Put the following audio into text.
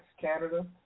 Canada